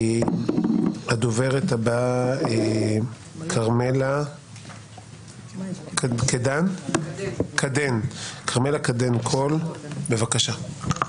הדוברת הבאה, כרמלה קדן קול, בבקשה.